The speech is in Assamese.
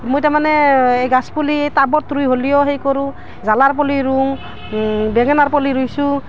মই তাৰ মানে এই গছ পুলি টাবত ৰোই হ'লেও হেৰি কৰোঁ জালাৰ পুলি ৰুও বেঙেনাৰ পুলি ৰুইছোঁ